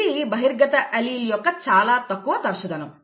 ఇది బహిర్గత అల్లీల్ యొక్క చాలా తక్కువ తరచుదనం